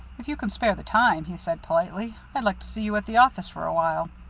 if you can spare the time, he said politely, i'd like to see you at the office for a while.